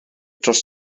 dros